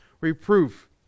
reproof